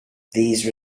these